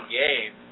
game